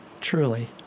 truly